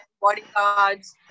bodyguards